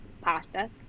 pasta